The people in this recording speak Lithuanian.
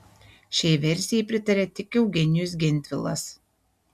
šiai versijai pritarė tik eugenijus gentvilas